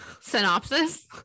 synopsis